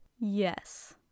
Yes